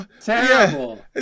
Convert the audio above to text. Terrible